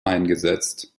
eingesetzt